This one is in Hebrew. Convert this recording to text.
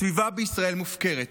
הסביבה בישראל מופקרת.